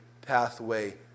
pathway